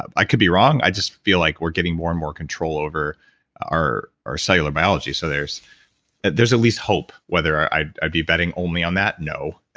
i could be wrong. i just feel like we're getting more and more control over our our cellular biology, so there's there's at least hope, whether i'd i'd be betting only on that. no.